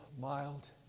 mild